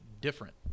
different